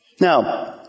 Now